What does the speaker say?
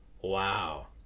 Wow